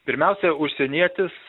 pirmiausia užsienietis